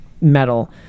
metal